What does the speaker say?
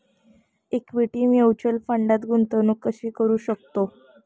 Equity mutual फंडात गुंतवणूक कशी करू शकतो?